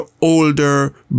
older